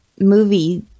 movie